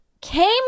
came